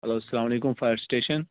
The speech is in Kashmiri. ہیٚلو اَسلام علیکُم فَایر سِٹیشن